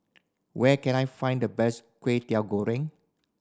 where can I find the best Kway Teow Goreng